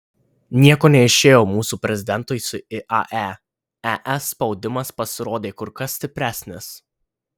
nieko neišėjo mūsų prezidentui su iae es spaudimas pasirodė kur kas stipresnis